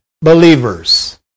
believers